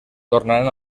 tornaren